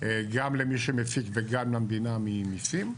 גם למי שמפיק וגם למדינה ממיסים,